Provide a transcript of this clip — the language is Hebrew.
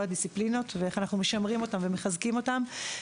הדיסציפלינות ואיך אנחנו משמרים אותם ומחזקים אותם.